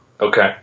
Okay